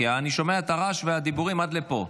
כי אני שומע את הרעש והדיבורים עד לפה.